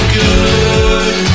good